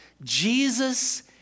Jesus